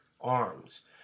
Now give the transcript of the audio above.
arms